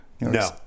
No